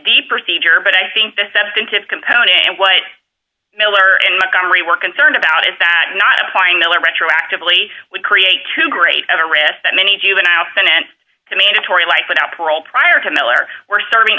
the procedure but i think the substantive component and what miller in montgomery were concerned about is that not applying miller retroactively would create too great a risk that many juvenile financed to mandatory life without parole prior to miller were serving